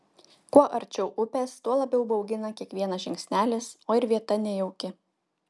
kuo arčiau upės tuo labiau baugina kiekvienas žingsnelis o ir vieta nejauki